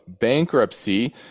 bankruptcy